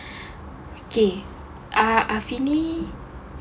okay afini